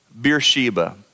Beersheba